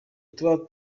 tuba